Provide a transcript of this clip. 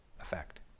effect